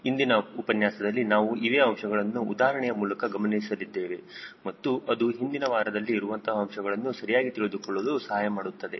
ಇಂದಿನ ಉಪನ್ಯಾಸದಲ್ಲಿ ನಾವು ಅವೇ ಅಂಶಗಳನ್ನು ಉದಾಹರಣೆಯ ಮೂಲಕ ಗಮನಿಸಲಿದ್ದೇವೆ ಮತ್ತು ಅದು ಹಿಂದಿನ ವಾರದಲ್ಲಿ ಇರುವಂತಹ ಅಂಶಗಳನ್ನು ಸರಿಯಾಗಿ ತಿಳಿದುಕೊಳ್ಳಲು ಸಹಾಯ ಮಾಡುತ್ತದೆ